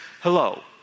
hello